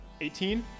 18